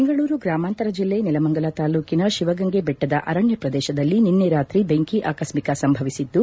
ಬೆಂಗಳೂರು ಗ್ರಾಮಾಂತರ ಜಿಲ್ಲೆ ನೆಲಮಂಗಲ ತಾಲೂಕಿನ ಶಿವಗಂಗೆ ಬೆಟ್ಟದ ಅರಣ್ಯ ಪ್ರದೇಶದಲ್ಲಿ ನಿನ್ನೆ ರಾತ್ರಿ ಬೆಂಕಿ ಆಕಸ್ಸಕ ಸಂಭವಿಸಿದ್ದು